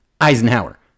Eisenhower